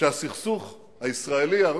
שהסכסוך הישראלי ערבי,